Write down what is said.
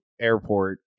airport